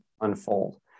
unfold